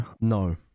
no